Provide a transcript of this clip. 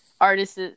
artists